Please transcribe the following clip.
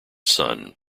sun